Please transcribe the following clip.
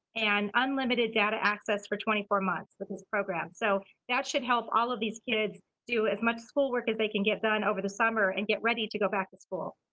and unlimited data access for twenty four months with this program. so that should help all of these kids do as much schoolwork as they can get done over the summer, and get ready to go back to school.